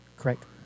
correct